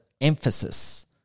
emphasis